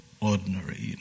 ordinary